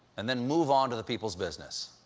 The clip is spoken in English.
and then move on to the people's business.